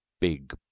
big